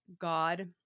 God